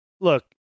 look